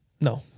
No